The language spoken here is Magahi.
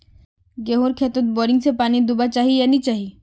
गेँहूर खेतोत बोरिंग से पानी दुबा चही या नी चही?